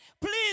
Please